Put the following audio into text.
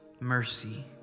mercy